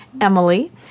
Emily